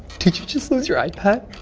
did you just lose your ipad?